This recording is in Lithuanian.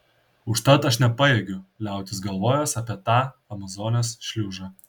užtat aš nepajėgiu liautis galvojęs apie tą amazonės šliužą